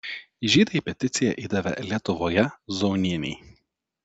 žydai peticiją įdavė lietuvoje zaunienei